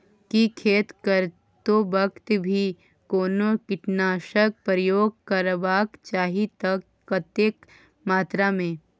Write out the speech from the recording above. की खेत करैतो वक्त भी कोनो कीटनासक प्रयोग करबाक चाही त कतेक मात्रा में?